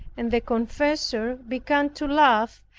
and the confessor began to laugh,